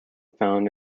found